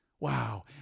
Wow